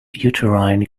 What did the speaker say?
uterine